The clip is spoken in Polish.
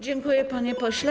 Dziękuję, panie pośle.